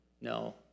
no